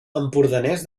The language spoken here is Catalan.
empordanès